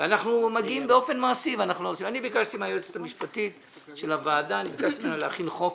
אני ביקשתי מהיועצת המשפטית של הוועדה להכין חוק